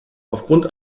aufgrund